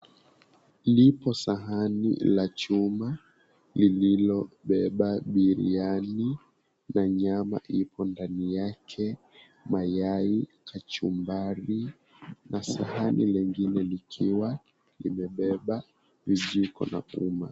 Lipo sahani la chuma lililobeba biriani na nyama ipo ndani yake, mayai, kachumbari na sahani lingine likiwa limebeba vijiko na uma.